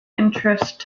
interest